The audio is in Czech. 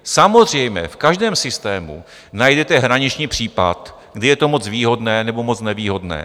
Samozřejmě, v každém systému najdete hraniční případ, kdy je to moc výhodné nebo moc nevýhodné.